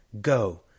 go